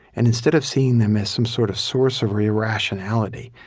and instead of seeing them as some sort of source of irrationality,